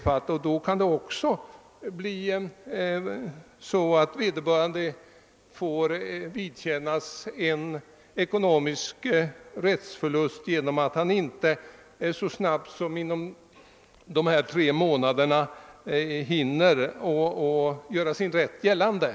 I ett sådant fall kan den drabbade få vidkännas en ekonomisk förlust på grund av att han inte så snabbt som inom tre månader hinner göra sin rätt gällande.